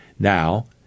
Now